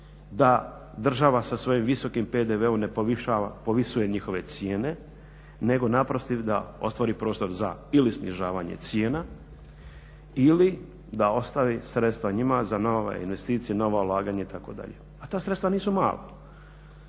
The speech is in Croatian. da država sa svojim visokim PDV-om ne povisuje njihove cijene nego naprosto da otvori prostor za ili snižavanje cijena ili da ostavi sredstva njima za nove investicije, nova ulaganja itd. A ta sredstva nisu mala.